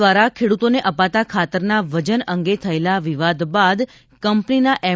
દ્વારા ખેડૂતોને અપાતા ખાતરના વજન અંગે થયેલા વિવાદ બાદ કંપનીના એમ